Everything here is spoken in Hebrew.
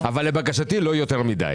אבל לבקשתי לא יותר מדי.